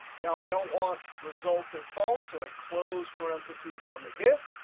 now i don't want result at false. so i close parentheses on the if.